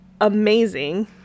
amazing